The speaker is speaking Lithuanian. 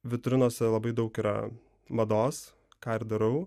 vitrinose labai daug yra mados ką ir darau